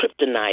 kryptonite